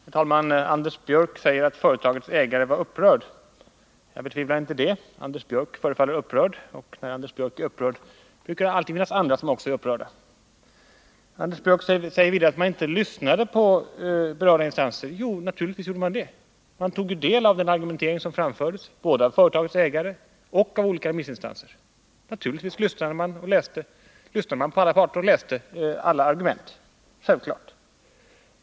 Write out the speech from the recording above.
Herr talman! Anders Björck säger att företagets ägare var upprörd. Jag betvivlar inte det. Anders Björck förefaller upprörd, och när Anders Björck är upprörd brukar det alltid finnas andra som också är upprörda. Anders Björck säger vidare att man inte lyssnade på berörda instanser. Jo, naturligtvis gjorde man det. Man tog del av den argumentering som framfördes, både av företagets ägare och av olika remissinstanser. Självklart lyssnade man på alla parter och läste alla yttranden.